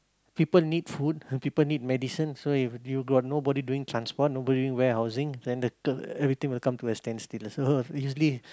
people need food and people need medicine so if you got nobody doing transport nobody warehousing then the k~ everything will come to a standstill so usually